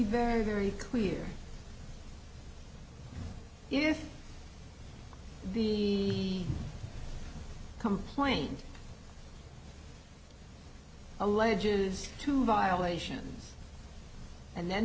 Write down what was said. very very clear if she complaint alleges to violations and then